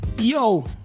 Yo